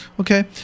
Okay